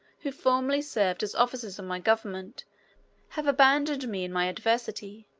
who formerly served as officers of my government have abandoned me in my adversity,